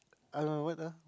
I don't know what ah